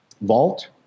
vault